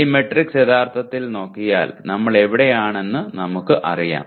ഈ മാട്രിക്സ് യഥാർത്ഥത്തിൽ നോക്കിയാൽ നമ്മൾ എവിടെയാണെന്ന് നമുക്കും അറിയാം